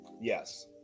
yes